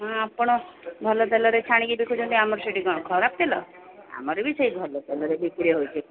ହଁ ଆପଣ ଭଲ ତେଲରେ ଛାଣିକି ବିକୁଛନ୍ତି ଆମର ସେଠି କ'ଣ ଖରାପ ତେଲ ଆମର ବି ସେଇଠି ଭଲ ତେଲରେ ବିକ୍ରି ହେଉଛି